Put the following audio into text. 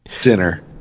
dinner